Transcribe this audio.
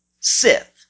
Sith